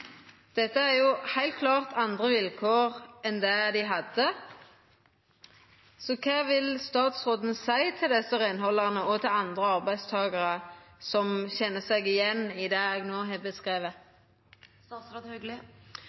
Dette er heilt klart andre vilkår enn det dei hadde. Så kva vil statsråden seia til desse reinhaldarane, og til andre arbeidstakarar som kjenner seg igjen i det eg no har beskrive?